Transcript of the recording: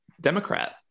Democrat